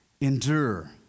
endure